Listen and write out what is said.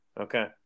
Okay